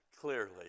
clearly